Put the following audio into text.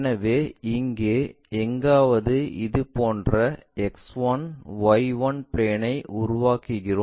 எனவே இங்கே எங்காவது இதுபோன்ற X1 Y1 பிளேன்ஐ உருவாக்குகிறோம்